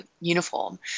uniform